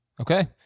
Okay